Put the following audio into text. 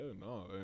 no